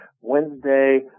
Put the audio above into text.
Wednesday